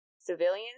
Civilians